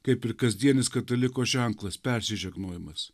kaip ir kasdienis kataliko ženklas persižegnojimas